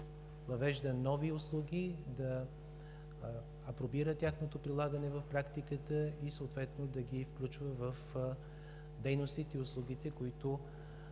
нови услуги, да апробира тяхното прилагане в практиката и съответно да ги включва в дейностите и услугите, които